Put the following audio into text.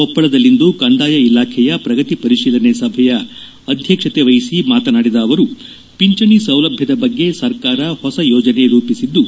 ಕೊಪ್ಪಳದಲ್ಲಿಂದು ಕಂದಾಯ ಇಲಾಖೆಯ ಪ್ರಗತಿ ಪರಿತೀಲನೆ ಸಭೆಯ ಅಧ್ಯಕ್ಷತೆ ವಹಿಸಿ ಮಾತನಾಡಿದ ಅವರು ಪಿಂಚಣಿ ಸೌಲಭ್ಯದ ಬಗ್ಗೆ ಸರ್ಕಾರ ಹೊಸ ಯೋಜನೆ ರೂಪಿಸಿದ್ದು